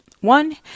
One